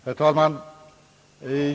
Herr talman!